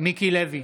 מיקי לוי,